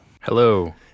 Hello